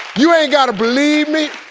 you ain't gotta believe me,